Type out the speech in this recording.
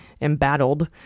embattled